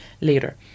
later